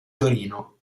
torino